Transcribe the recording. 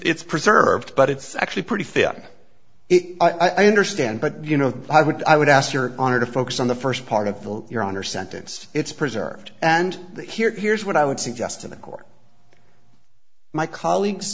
it's preserved but it's actually pretty face it i understand but you know i would i would ask your honor to focus on the first part of your honor sentence it's preserved and that here here's what i would suggest to the court my colleagues